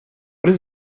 what